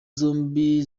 zombi